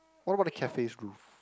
what about the cafe's roof